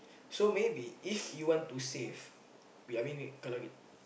so maybe if you want to save we I mean kalau ki~